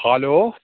hello